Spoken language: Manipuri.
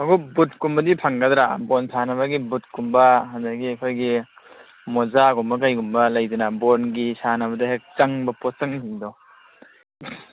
ꯈꯣꯡꯎꯞ ꯕꯨꯠ ꯀꯨꯝꯕꯗꯤ ꯐꯪꯒꯗ꯭ꯔꯥ ꯕꯣꯟ ꯁꯥꯟꯅꯕꯒꯤ ꯕꯨꯠ ꯀꯨꯝꯕ ꯑꯗꯒꯤ ꯑꯩꯈꯣꯏꯒꯤ ꯃꯣꯖꯥꯒꯨꯝꯕ ꯀꯩꯒꯨꯝꯕ ꯂꯩꯗꯅ ꯕꯣꯟꯒꯤ ꯁꯥꯟꯅꯕꯗ ꯍꯦꯛ ꯆꯪꯕ ꯄꯣꯠꯆꯪꯁꯤꯡꯗꯣ